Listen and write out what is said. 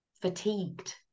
fatigued